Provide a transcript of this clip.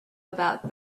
about